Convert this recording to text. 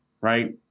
right